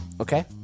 Okay